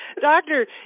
doctor